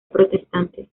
protestante